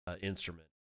instrument